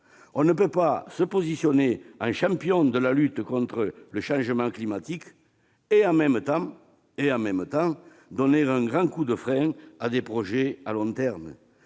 On ne peut pas se positionner en champion de la lutte contre le changement climatique et, en même temps, donner un grand coup de frein à des projets à long terme.